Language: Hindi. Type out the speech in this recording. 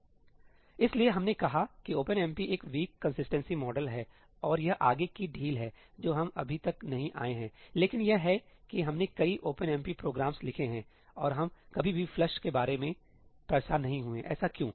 इसलिए हमने कहा कि ओपनएमपी एक वीक कंसिस्टेंसी मॉडल है और यह आगे की ढील है जो हम अभी तक नहीं आए हैं लेकिन यह है कि हमने कई ओपनएमपी प्रोग्राम्स लिखे हैं और हम कभी भी फ्लश'flush' के बारे में परेशान नहीं हुए हैं ऐसा क्यों है